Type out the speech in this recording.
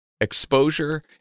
exposure